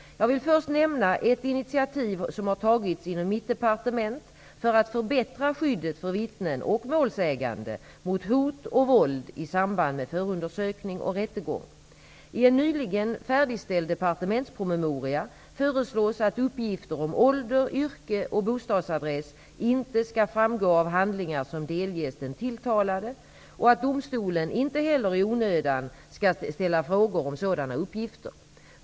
Jag vill först nämna ett initiativ som har tagits inom mitt departement för att förbättra skyddet för vittnen -- och målsägande -- mot hot och våld i samband med förundersökning och rättegång. I en nyligen färdigställd departementspromemoria föreslås att uppgifter om ålder, yrke och bostadsadress inte skall framgå av handlingar som delges den tilltalade och att domstolen inte heller i onödan skall ställa frågor om sådana uppgifter.